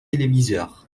téléviseurs